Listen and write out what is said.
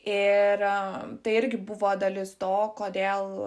ir tai irgi buvo dalis to kodėl